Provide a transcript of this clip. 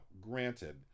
granted